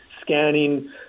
scanning